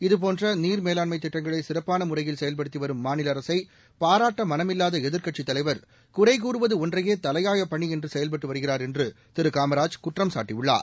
இதுபோன்ற நீர் மேலாண்மை திட்டங்களை சிறப்பான முறையில் செயல்படுத்தி வரும் மாநில அரசை பாராட்ட மனமில்வாத எதிர்க்கட்சித் தலைவர் குறை கூறுவது ஒன்றையே தலையாய பணி என்று செயல்பட்டு வருகிறார் என்று திரு காமராஜ் குற்றம் சாட்டியுள்ளார்